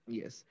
yes